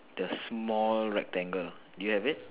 the small rectangle do you have it